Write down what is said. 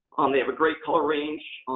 um they have a great color range.